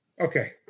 Okay